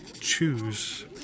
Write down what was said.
choose